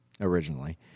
originally